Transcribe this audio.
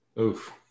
Oof